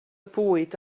bwyd